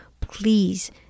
please